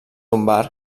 lumbar